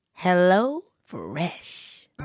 HelloFresh